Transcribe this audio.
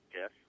Yes